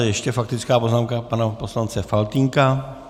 Ještě faktická poznámka pana poslance Faltýnka.